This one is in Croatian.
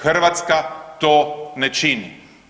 Hrvatska to ne čini.